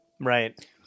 right